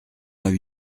vingt